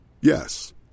Yes